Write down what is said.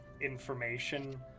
information